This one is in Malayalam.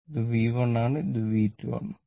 ഇത് V1 ആണ് ഇത് V2 ആണ്